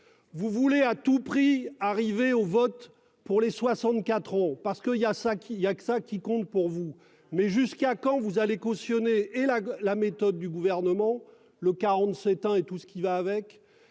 Vous voulez à tout prix. Arrivé au vote pour les 64 au parce qu'il y a cinq il y a que ça qui compte pour vous. Mais jusqu'à quand vous allez cautionner et la la méthode du gouvernement le 47 ans et tout ce qui va avec.